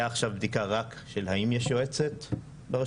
היה עכשיו בדיקה רק של האם יש יועצת ברשויות.